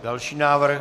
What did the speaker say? Další návrh.